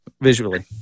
visually